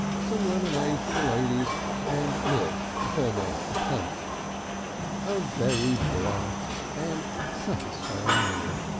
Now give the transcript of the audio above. some lemonade for the ladies and milk for master punt a very bright and satisfying meal.